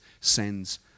sends